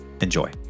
Enjoy